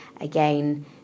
Again